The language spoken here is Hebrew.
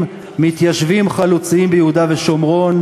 מתיישבים חלוציים ביהודה ושומרון,